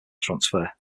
transfer